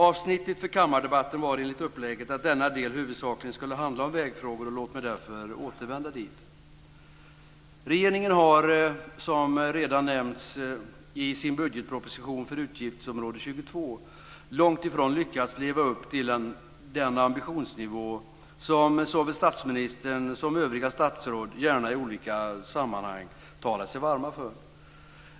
Upplägget för kammardebatten var att detta avsnitt huvudsakligen skulle handla om vägfrågor, och låt mig därför återvända dit. Regeringen har, som redan nämnts, i sin budgetproposition för utgiftsområde 22 långt ifrån lyckats leva upp till den ambitionsnivå som såväl statsministern som övriga statsråd gärna i olika sammanhang har talat sig varma för.